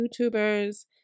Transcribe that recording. YouTubers